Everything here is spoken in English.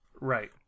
Right